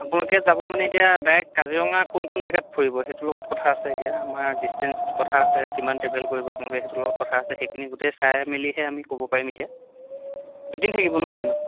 আপোনালোকে যাব মানে এতিয়া ডাইৰেক্ট কাজিৰঙা কোন কোন জেগাত ফুৰিব সেইটো লগত কথা আছে এতিয়া আমাৰ ডিচটেঞ্চ কথা আছে কিমান ট্ৰেভেল কৰিব আপোনালোকে সেইটোৰ লগত কথা আছে সেইখিনি গোটেই চাই মেলিহে আমি ক'ব পাৰিম এতিয়া দুদিন থাকিব নহয় জানো